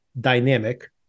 dynamic